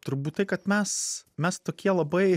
turbūt tai kad mes mes tokie labai